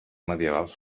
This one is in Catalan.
medievals